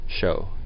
show